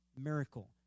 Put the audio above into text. miracle